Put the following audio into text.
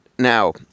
Now